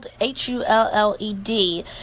H-U-L-L-E-D